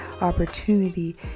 opportunity